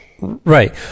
right